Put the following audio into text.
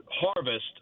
harvest